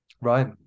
right